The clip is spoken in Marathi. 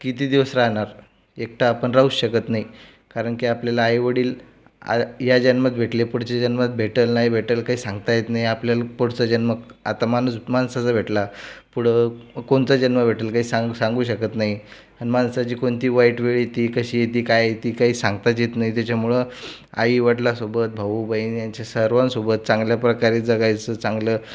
किती दिवस राहणार एकटं आपण राहूच शकत नाही कारण की आपल्याला आईवडील या जन्मात भेटले पुढच्या जन्मात भेटले नाही भेटले काही सांगता येत नाही आपल्याला पुढचा जन्म आता माणूस माणसाचा भेटला पुढं कोणता जन्म भेटेल काही सांगू सांगू शकत नाही आणि माणसाची कोणती वाईट वेळ येती कशी येती काय येती काही सांगताच येत नाही त्याच्यामुळे आई वडिलांसोबत भाऊ बहीण यांच्या सर्वांसोबत चांगल्या प्रकारे जगायचं चांगलं